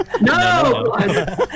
No